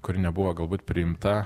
kuri nebuvo galbūt priimta